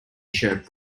tshirt